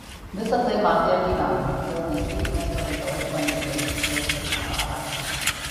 visa tai matė ir gyventojai todėl ne sykį miesto reikalais bandė kreiptis tiesiai į carą